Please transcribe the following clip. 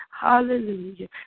Hallelujah